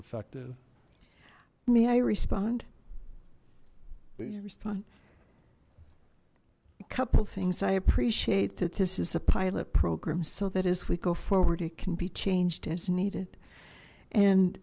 effective may i respond a couple things i appreciate that this is a pilot program so that as we go forward it can be changed as needed and